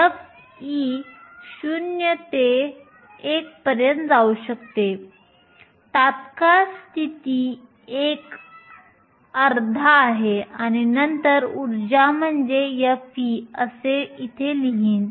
f हे 0 ते 1 पर्यंत जाऊ शकते तात्काळ स्थिती 1 अर्धा आहे आणि नंतर ऊर्जा म्हणजे Ef असे इथे लिहीन